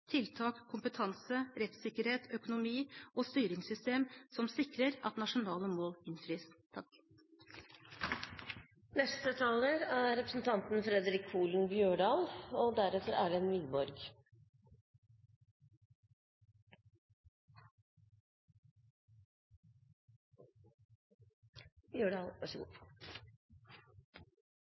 tiltak, kompetanse, rettssikkerhet, økonomi og styringssystem som sikrer at nasjonale mål innfris. Stortingsmeldinga «Frihet og likeverd – om mennesker med utviklingshemming» er